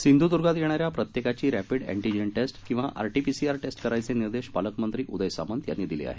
सिंधूदूर्गात येणाऱ्या प्रत्येकाची rapid antigen test किंवा आरटीपीआर टेस्ट करायचे निर्देश पालकमंत्री उदय सामंत यांनी दिले आहेत